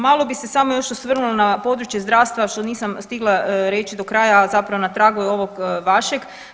Malo bi se samo još osvrnula na područje zdravstva što nisam stigla reći do kraja, a zapravo na tragu je ovog vašeg.